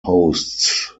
hosts